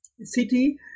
city